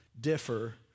differ